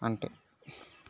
అంటే